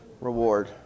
reward